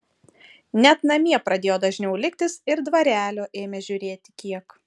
net namie pradėjo dažniau liktis ir dvarelio ėmė žiūrėti kiek